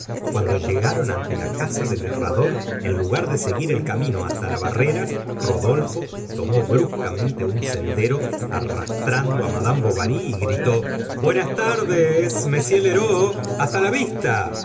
cuando llegaron ante la casa del herrador en lugar de seguir el camino hasta la barrera rodolfo tomó bruscamente un sendero arrastrando á madame bovary y gritó buenas tardes m lheureux hasta la vista